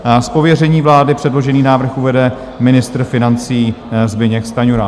Z pověření vlády předložený návrh uvede ministr financí Zbyněk Stanjura.